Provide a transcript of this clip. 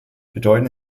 bedeutend